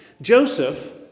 Joseph